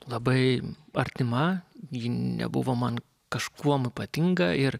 labai artima ji nebuvo man kažkuom ypatinga ir